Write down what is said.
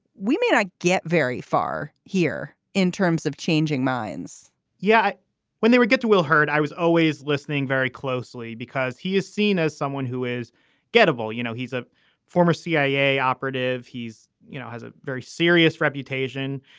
we may not get very far here in terms of changing minds yet yeah when they will get to will hurt. i was always listening very closely because he is seen as someone who is gettable. you know, he's a former cia operative. he's, you know, has a very serious reputation.